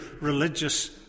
religious